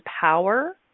power